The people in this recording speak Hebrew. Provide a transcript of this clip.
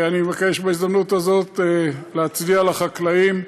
אני מבקש בהזדמנות הזאת להצדיע לחקלאים,